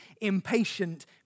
impatient